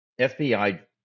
FBI